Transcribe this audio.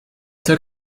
took